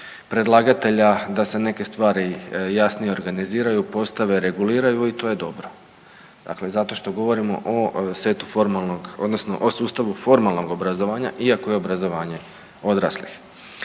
predlagatelja da se neke stvari jasnije organiziraju postave, reguliraju i to je dobro dakle zato što govorimo o setu formalnog odnosno o sustavu formalnog obrazovanja i ako je obrazovanje odraslih.